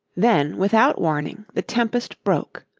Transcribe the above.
then without warning the tempest broke.